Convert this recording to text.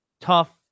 tough